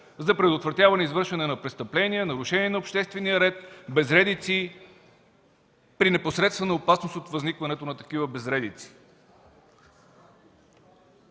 за предотвратяване извършване на престъпления, нарушение на обществения ред, безредици, при непосредствена опасност от възникването на такива безредици.